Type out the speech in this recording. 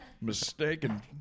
Mistaken